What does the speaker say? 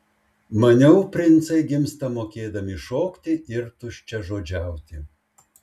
maniau princai gimsta mokėdami šokti ir tuščiažodžiauti